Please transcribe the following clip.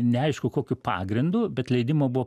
neaišku kokiu pagrindu bet leidimo buvo